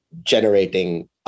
generating